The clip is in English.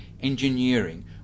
engineering